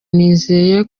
nizeye